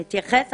הוועדה.